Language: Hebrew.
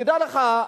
תדע לך,